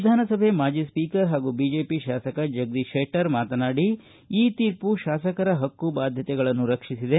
ವಿಧಾನಸಭೆ ಮಾಜಿ ಸ್ಪೀಕರ್ ಹಾಗೂ ಬಿಜೆಪಿ ಶಾಸಕ ಜಗದೀಶ್ ಶೆಟ್ಟರ್ ಮಾತನಾಡಿ ಈ ತೀರ್ಮ ಶಾಸಕರ ಹಕ್ಕು ಬಾಧ್ಯತೆಗಳನ್ನು ರಕ್ಷಿಸಿದೆ